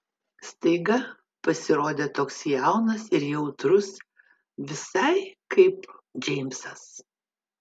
staiga pasirodė toks jaunas ir jautrus visai kaip džeimsas